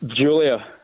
Julia